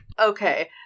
okay